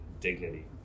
dignity